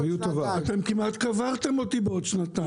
כמעט קברתם אותי בעוד שנתיים.